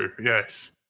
Yes